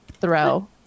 throw